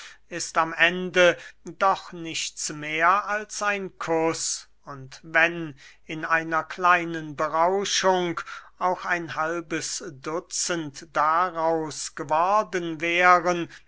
ist am ende doch nichts mehr als ein kuß und wenn in einer kleinen berauschung auch ein halbes dutzend daraus geworden wären